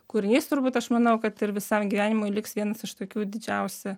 kūrinys turbūt aš manau kad ir visam gyvenimui liks vienas iš tokių didžiausią